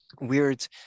weird